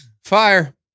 Fire